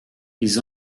ils